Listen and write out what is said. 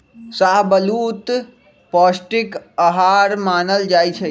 शाहबलूत पौस्टिक अहार मानल जाइ छइ